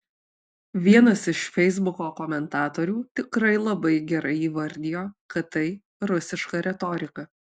vienas iš feisbuko komentatorių tikrai labai gerai įvardijo kad tai rusiška retorika